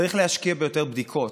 צריך להשקיע ביותר בדיקות,